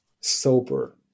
sober